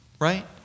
right